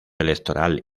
electoral